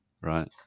right